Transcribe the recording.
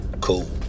Cool